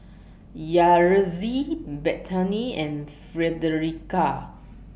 Yaretzi Bethany and Fredericka